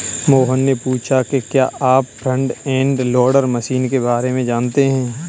मोहन ने पूछा कि क्या आप फ्रंट एंड लोडर मशीन के बारे में जानते हैं?